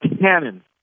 cannon